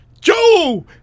Joe